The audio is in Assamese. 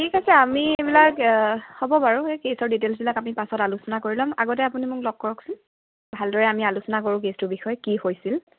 ঠিক আছে আমি এইবিলাক হ'ব বাৰু এই কেছৰ ডিটেইলছবিলাক আমি পাছত আলোচনা কৰি ল'ম আগতে আপুনি মোক লগ কৰকচোন ভালদৰে আমি আলোচনা কৰোঁ কেছটোৰ বিষয়ে কি হৈছিল